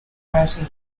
harassing